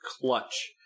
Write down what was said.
clutch